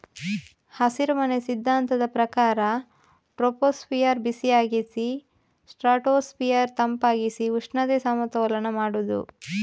ಹಸಿರುಮನೆ ಸಿದ್ಧಾಂತದ ಪ್ರಕಾರ ಟ್ರೋಪೋಸ್ಫಿಯರ್ ಬಿಸಿಯಾಗಿಸಿ ಸ್ಟ್ರಾಟೋಸ್ಫಿಯರ್ ತಂಪಾಗಿಸಿ ಉಷ್ಣತೆ ಸಮತೋಲನ ಮಾಡುದು